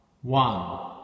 one